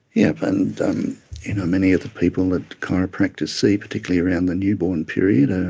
yes, and many of the people that chiropractors see, particularly around the newborn period, ah